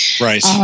Right